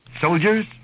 Soldiers